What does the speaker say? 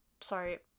sorry